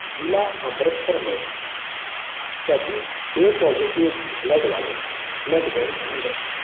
ज़िला अमृतसर में सभी ए पॉज़िटिव ब्लड वाले ब्लड बैंक ढूंढें